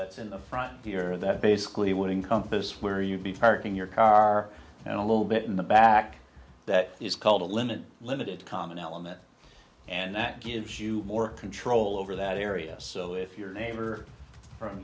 that's in the front here that basically would encompass where you'd be parking your car and a little bit in the back that is called a linen limited common element and that gives you more control over that area so if your neighbor from